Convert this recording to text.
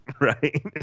Right